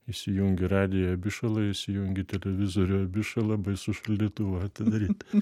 įsijungi radiją abišala įsijungi televizorių abišala baisu šaldytuvą atidaryt